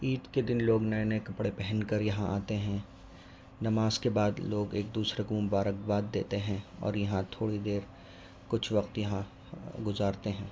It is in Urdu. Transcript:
عید کے دن لوگ نئے نئے کپڑے پہن کر یہاں آتے ہیں نماز کے بعد لوگ ایک دوسرے کو مبارکباد دیتے ہیں اور یہاں تھوڑی دیر کچھ وقت یہاں گزارتے ہیں